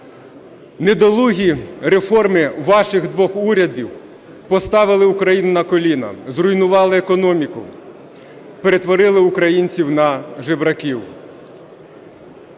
недолугі реформи ваших двох урядів поставили Україну на коліна, зруйнували економіку, перетворили українців на жебраків.